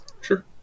Sure